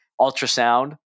ultrasound